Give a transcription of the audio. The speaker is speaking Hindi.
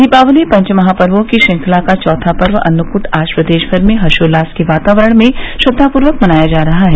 दीपावली पंचमहापवों की श्रृंखला का चौथा पर्व अन्नकूट आज प्रदेश भर में हर्षोल्लास के वातावरण में श्रद्वापूर्वक मनाया जा रहा है